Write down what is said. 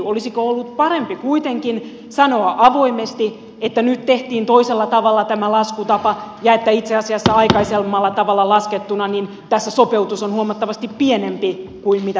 olisiko ollut parempi kuitenkin sanoa avoimesti että nyt tehtiin toisella tavalla tämä laskutapa ja että itse asiassa aikaisemmalla tavalla laskettuna tässä sopeutus on huomattavasti pienempi kuin mitä nyt sanotaan